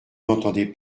n’entendez